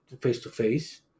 face-to-face